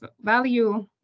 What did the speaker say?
value